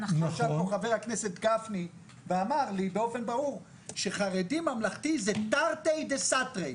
ישב פה חבר הכנסת גפני ואמר לי באופן ברור שחרדי ממלכתי זה תרתי דסתרי.